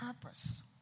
purpose